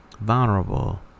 vulnerable